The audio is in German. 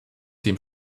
dem